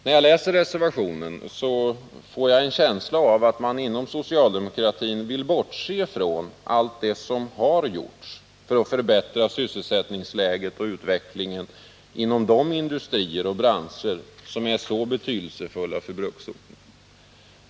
När jag läser reservationen får jag en känsla av att man inom socialdemokratin vill bortse från allt det som gjorts för att förbättra sysselsättningsläget och utvecklingen inom de industrier och branscher som är betydelsefulla för bruksorterna.